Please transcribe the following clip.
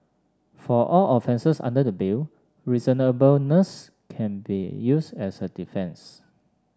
for all offences under the Bill reasonableness can be used as a defence